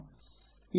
m x